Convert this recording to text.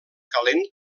calent